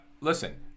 Listen